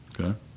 Okay